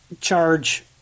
charge